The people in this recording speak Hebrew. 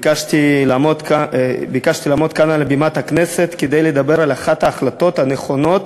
ביקשתי לעמוד כאן על בימת הכנסת כדי לדבר על אחת ההחלטות הנכונות